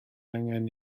angen